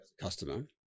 customer